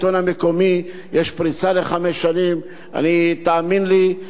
תאמין לי, בעניין הזה אני סומך על השלטון המקומי.